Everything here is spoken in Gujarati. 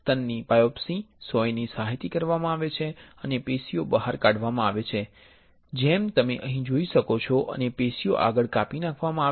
સ્તનની બાયોપ્સી સોયની સહાયથી કરવામાં આવે છે અને પેશીઓ બહાર કાઢવામાં આવે છે જેમ તમે અહીં જોઈ શકો છો અને પેશીઓ આગળ કાપી નાખવામાં આવે છે